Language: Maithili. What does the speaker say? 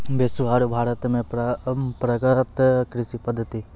विश्व आरो भारत मॅ परंपरागत कृषि पद्धति